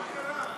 השפיטה (תיקון,